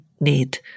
need